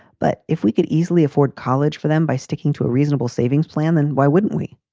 but if we could easily afford college for them by sticking to a reasonable savings plan, then why wouldn't we?